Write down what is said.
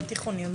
בתיכונים,